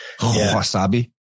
Wasabi